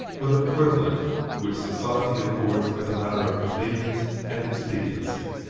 but a privilege which society accords, as a matter of convenience and expediency.